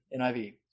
NIV